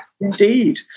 indeed